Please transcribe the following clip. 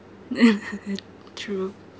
true